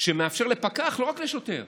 שמאפשר לפקח, לא רק לשוטר,